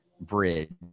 bridge